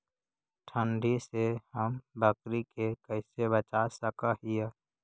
ठंडी से हम बकरी के कैसे बचा सक हिय?